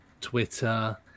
Twitter